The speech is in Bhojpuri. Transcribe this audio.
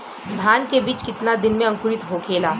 धान के बिज कितना दिन में अंकुरित होखेला?